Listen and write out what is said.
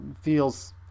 feels